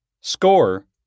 Score